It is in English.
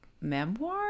memoir